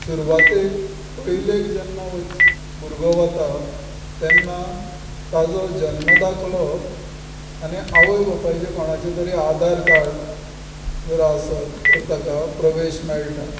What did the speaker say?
सुरवातेक पयलेक जेन्ना भुरगो वता तेन्ना ताजो जन्मदाखलो आनी आवयबापायचें कोणाचें तरी आधार कार्ड जर आसत तर ताका प्रवेश मेळटा